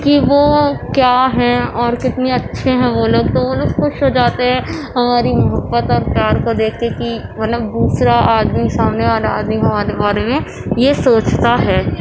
کہ وہ کیا ہیں اور کتنے اچھے ہیں وہ لوگ تو وہ لوگ خوش ہو جاتے ہیں ہماری محبت اور پیار کو دیکھ کے کہ مطلب دوسرا آدمی سامنے والا آدمی ہمارے بارے میں یہ سوچتا ہے